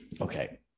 Okay